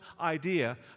idea